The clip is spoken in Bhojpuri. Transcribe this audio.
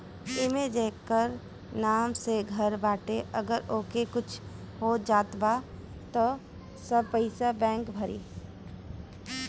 एमे जेकर नाम से घर बाटे अगर ओके कुछ हो जात बा त सब पईसा बैंक भरी